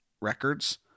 records